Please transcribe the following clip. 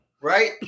Right